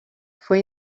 fue